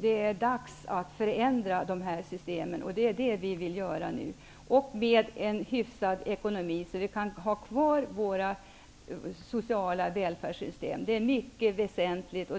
det är dags att förändra dessa system, och det är det vi vill göra nu. Det skall göras med en hyfsad ekonomi, så att våra sociala välfärdssystem kan behållas. Det är mycket väsentligt.